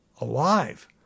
alive